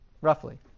roughly